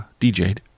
DJed